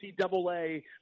NCAA